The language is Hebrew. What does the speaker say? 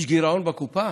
יש גירעון בקופה,